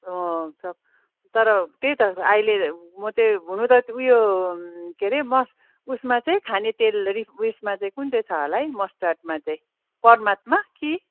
अँ सक तर त्यही त अहिले म चाहिँ हुन त उयो के अरे म उइसमा चाहिँ खानेतेल रिफ उइसमा चाहिँ कुन चाहिँ छ होला है मस्टर्डमा चाहिँ परमात्मा कि